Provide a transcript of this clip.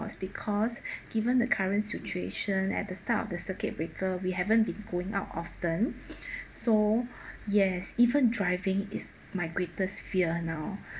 was because given the current situation at the start of the circuit breaker we haven't been going out often so yes even driving is my greatest fear now